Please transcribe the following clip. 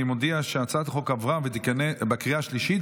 אני מודיע שהצעת החוק עברה בקריאה השלישית,